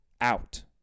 out